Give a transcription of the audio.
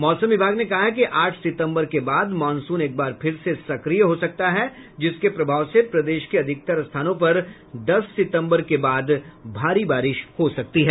मौसम विभाग ने कहा है कि आठ सितम्बर के बाद मॉनसून एक बार फिर से सक्रिया हो सकता है जिसके प्रभाव से प्रदेश के अधिकतर स्थानों पर दस सितम्बर के बाद भारी बारिश हो सकती है